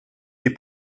des